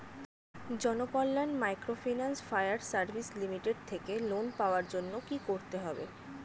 Janakalyan microfinance fire service limited থেকে loan পাওয়ার জন্য কি করতে হবে?